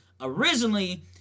originally